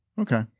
Okay